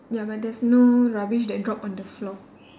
ya but there's no rubbish that drop on the floor